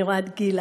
ואני רואה את גילה,